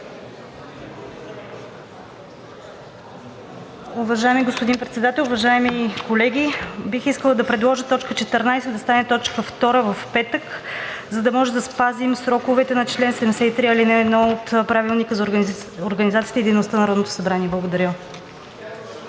Уважаеми господин Председател, уважаеми колеги! Бих искала да предложа т. 14 да стане т. 2 в петък, за да може да спазим сроковете по чл. 73, ал. 1 от Правилника за организацията и дейността на Народното събрание. Благодаря.